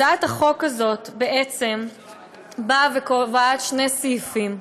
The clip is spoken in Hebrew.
הצעת החוק הזאת בעצם קובעת שני סעיפים,